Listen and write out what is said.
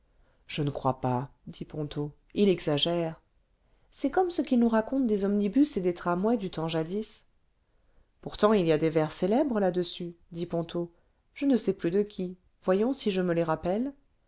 je ne crois pas dit ponto il exagère c'est comme ce qu'il nous raconte des omnibus et des tramways du temps jadis pourtant il y a des vers célèbres là-dessus dit ponto je ne sais plus de qui voyons si je me les rappelle